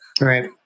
Right